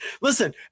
listen